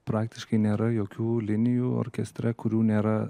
praktiškai nėra jokių linijų orkeste kurių nėra